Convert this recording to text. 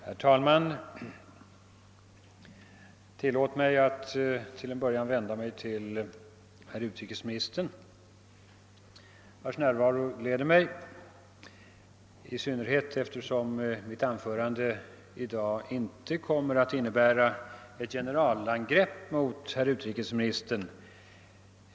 Herr talman! Tillåt mig att till en början vända mig till herr utrikesministern, vars närvaro gläder mig, trots att mitt anförande i dag inte kommer att innebära ett generalangrepp mot herr utrikesministern.